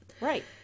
Right